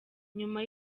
nyuma